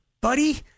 buddy